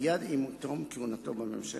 מייד עם תום כהונתו בממשלה.